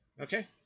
okay